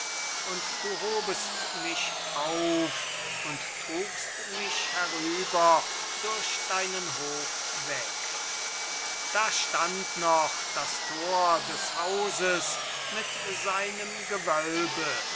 und du hobest mich auf und trugst mich herüber durch deinen hof weg da stand noch das tor des hauses mit seinem gewölbe